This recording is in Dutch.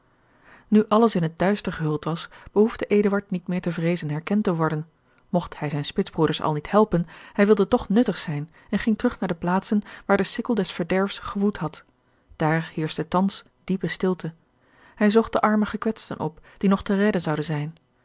nu alles in het duister gehuld was behoefde eduard niet meer te vreezen herkend te worden mogt bij zijne spitsbroeders al niet helpen hij wilde toch nuttig zijn en ging terug naar de plaatsen waar de sikkel des verderfs gewoed had daar heerschte thans diepe stilte hij zocht de arme gekwetsten op die nog te redden zouden zijn